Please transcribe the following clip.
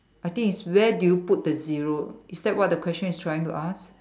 I think is where do you put the zero is that what the question is trying to ask